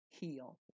heal